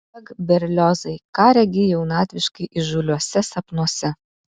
ak berliozai ką regi jaunatviškai įžūliuose sapnuose